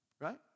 Right